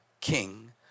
king